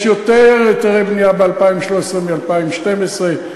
יש יותר היתרי בנייה ב-2013 מב-2012,